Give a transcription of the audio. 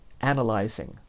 analyzing